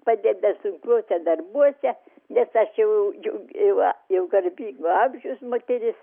padeda sunkiuose darbuose nes aš jau jau gi va jau garbingo amžiaus moteris